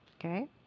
Okay